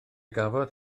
gafodd